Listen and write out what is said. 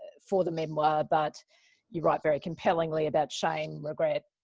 for the memoir. but you write very compellingly about shame, regret,